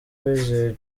uwizeye